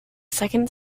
second